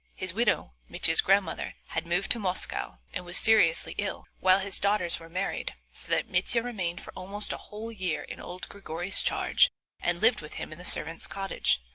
his widow, mitya's grandmother, had moved to moscow, and was seriously ill, while his daughters were married, so that mitya remained for almost a whole year in old grigory's charge and lived with him in the servant's cottage.